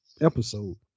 episode